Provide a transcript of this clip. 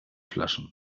flaschen